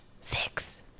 Six